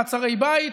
מעצרי בית.